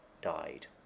died